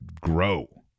grow